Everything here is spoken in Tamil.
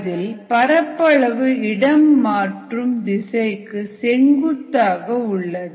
அதில் பரப்பளவு இடம் மாற்றும் திசைக்கு செங்குத்தாக உள்ளது